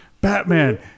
Batman